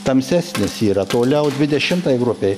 tamsesnis yra toliau dvidešimtai grupei